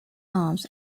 arms